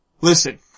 Listen